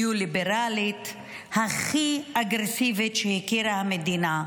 הנאו-ליברלית הכי אגרסיבית שהכירה המדינה.